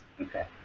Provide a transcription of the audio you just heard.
Okay